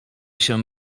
się